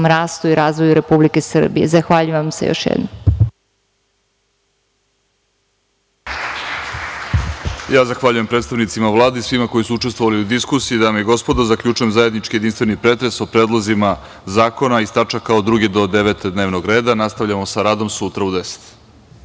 rastu i razvoju Republike Srbije. Zahvaljujem vam se još jednom. **Vladimir Orlić** Zahvaljujem predstavnicima Vlade i svima koji su učestvovali u diskusiji. Dame i gospodo, zaključujem zajednički jedinstveni pretres o predlozima zakona iz tačaka od 2. do 9. dnevnog reda. Nastavljamo sa radom sutra u 10.00